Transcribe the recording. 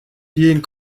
being